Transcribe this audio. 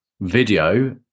video